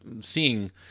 seeing